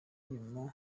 nyuma